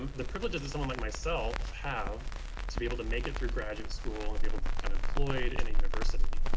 the privileges of someone like myself have to be able to make it through graduate school and be able to become employed in a university,